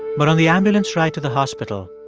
but on the ambulance ride to the hospital,